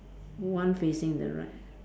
one facing the right